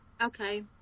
Okay